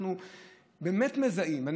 שאנחנו באמת מזהים,